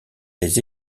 les